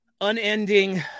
unending